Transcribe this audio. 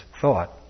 thought